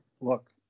look